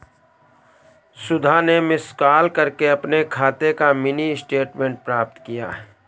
सुधा ने miss call करके अपने खाते का मिनी स्टेटमेंट प्राप्त किया